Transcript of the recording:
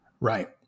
right